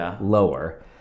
lower